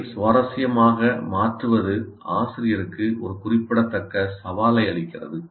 அதை சுவாரஸ்யமாக மாற்றுவது ஆசிரியருக்கு ஒரு குறிப்பிடத்தக்க சவாலை அளிக்கிறது